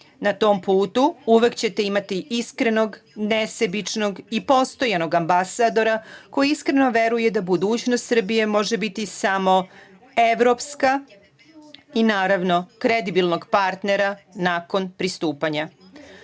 Na tom putu uvek ćete imati iskrenog, nesebičnog i postojanog ambasadora, koji iskreno veruje da budućnost Srbije može biti samo evropska i, naravno, kredibilnog partnera nakon pristupanja. Želim